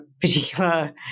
particular